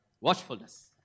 Watchfulness